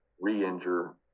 re-injure